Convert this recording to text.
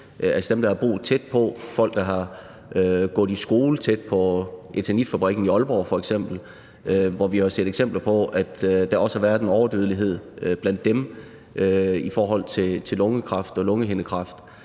altså dem, der har boet tæt på, folk, der har gået i skole tæt på eternitfabrikken i Aalborg f.eks., hvor vi jo har set eksempler på, at der også har været en overdødelighed blandt dem i forhold til lungekræft og lungehindekræft.